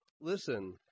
Listen